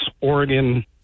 Oregon